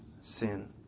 sin